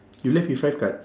you left with five cards